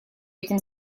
этим